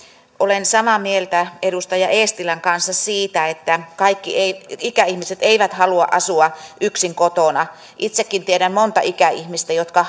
olen samaa mieltä edustaja eestilän kanssa siitä että kaikki ikäihmiset eivät halua asua yksin kotona itsekin tiedän monta ikäihmistä jotka